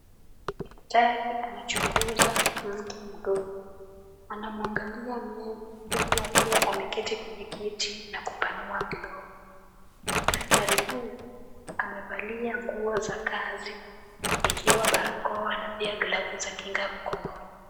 Daktari anachunguza mtu mdomo, anamuangalia meno, huku akiwa ameketi kwenye kiti na kupanua mdomo. Daktari huyu amevalia nguo za kazi, ikiwa barakoa, na glavu za kinga mkononi.